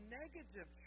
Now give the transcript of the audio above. negative